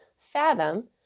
fathom